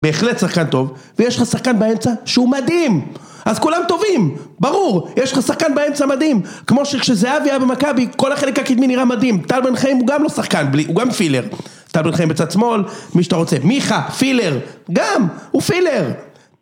בהחלט שחקן טוב, ויש לך שחקן באמצע שהוא מדהים! אז כולם טובים! ברור! יש לך שחקן באמצע מדהים! כמו שכשזהבי היה במכבי, כל החלק הקדמי נראה מדהים. טל בן חיים הוא גם לא שחקן, הוא גם פילר. טל בן חיים בצד שמאל, מי שאתה רוצה. מיכה, פילר! גם! הוא פילר!